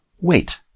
Wait